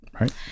right